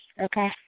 okay